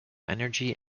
energy